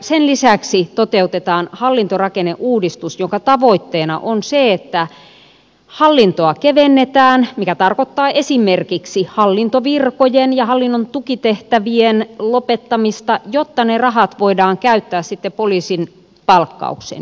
sen lisäksi toteutetaan hallintorakenneuudistus jonka tavoitteena on se että hallintoa kevennetään mikä tarkoittaa esimerkiksi hallintovirkojen ja hallinnon tukitehtävien lopettamista jotta ne rahat voidaan käyttää sitten poliisin palkkaukseen